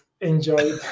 enjoy